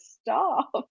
stop